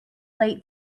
late